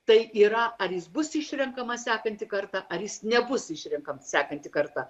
tai yra ar jis bus išrenkamas sekantį kartą ar jis nebus išrinkamas sekantį kartą